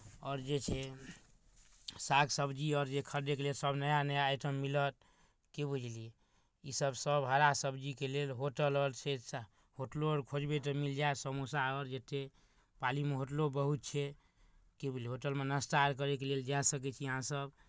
आओर जे छै साग सब्जी आर जे खरीदयके लेल सभ नया नया आइटम मिलल की बुझलियै ईसभ सभ हरा सब्जीके लेल होटल आर छै होटलो आर खोजबै तऽ मिल जायत समोसा आर जतेक पालीमे होटलो बहुत छै की बुझलियै होटलमे नाश्ता आर करयके लेल जाए सकै छी अहाँसभ